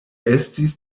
estis